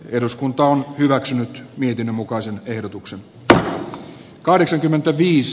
eduskunta on hyväksynyt mietinnön mukaisen ehdotuksen arvoisa puhemies